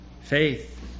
Faith